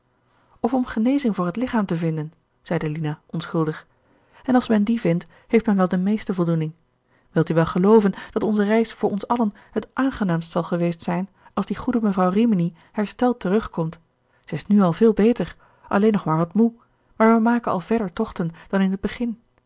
of om genezing voor het lichaam te vinden zeide lina onschuldig en als men die vindt heeft men wel de meeste voldoening wilt u wel gelooven dat onze reis voor ons allen het aangenaamst zal geweest zijn als die goede mevrouw rimini hersteld terugkomt zij is nu al veel beter alleen nog maar wat moê maar wij maken al verder tochten dan in het begin